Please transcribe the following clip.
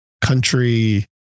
country